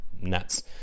nuts